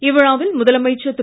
இவ்விழாவில் முதலமைச்சர் திரு